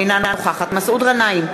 אינה נוכחת מסעוד גנאים,